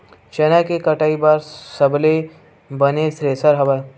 चना के कटाई बर सबले बने थ्रेसर हवय?